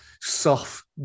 soft